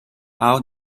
how